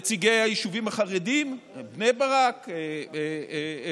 נציגי היישובים החרדיים, בני ברק וכו'.